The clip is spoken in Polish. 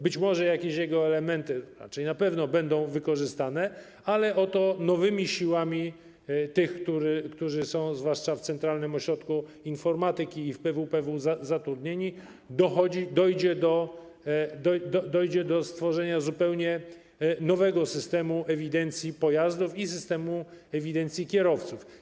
Być może jakieś jego elementy, raczej na pewno, będą wykorzystane, ale oto nowymi siłami tych, którzy są zwłaszcza w Centralnym Ośrodku Informatyki i w PWPW zatrudnieni, dojdzie do stworzenia zupełnie nowego systemu ewidencji pojazdów i systemu ewidencji kierowców.